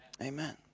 Amen